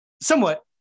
somewhat